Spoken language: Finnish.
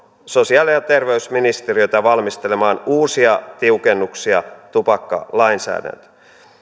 sosiaali ja terveysministeriötä valmistelemaan uusia tiukennuksia tupakkalainsäädäntöön